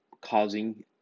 causing